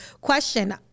Question